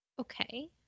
Okay